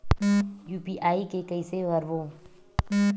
UPI के कइसे करबो?